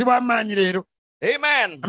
Amen